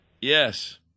Yes